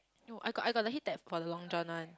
no I got I got the HeatTech for the Long John one